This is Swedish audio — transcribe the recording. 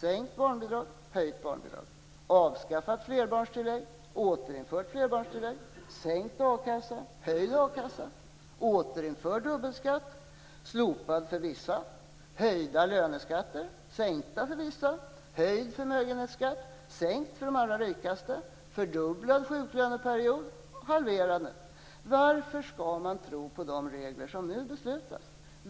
Sänkt barnbidrag, höjt barnbidrag, avskaffat flerbarnstillägg, återinfört flerbarnstillägg, sänkt akassa, höjd a-kassa, återinförd dubbelskatt, slopad dubbelskatt för vissa, höjda löneskatter, sänkta löneskatter för vissa, höjd förmögenhetsskatt, sänkt förmögenhetsskatt för de allra rikaste, fördubblad sjuklöneperiod, halverad sjuköneperiod etc. Varför skall man tro på de regler som det nu beslutas om?